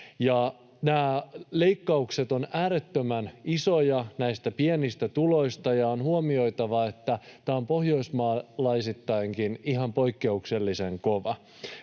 Nämä leikkaukset ovat äärettömän isoja näistä pienistä tuloista, ja on huomioitava, että tämä on pohjoismaalaisittainkin ihan poikkeuksellisen kova.